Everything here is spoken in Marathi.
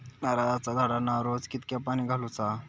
नारळाचा झाडांना रोज कितक्या पाणी घालुचा?